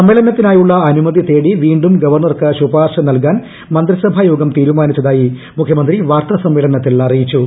സമ്മേളനത്തിനായുള്ള അനുമതിട്ടുത്ടി ് വീണ്ടും ഗവർണർക്ക് ശുപാർശ നൽക്കാൻ മ്ന്ത്രിസഭാ യോഗം തീരുമാനിച്ചതായി മുഖ്യമന്ത്രീ പ്ലാർത്താ സമ്മേളനത്തിൽ അറിയിച്ചു